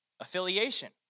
affiliation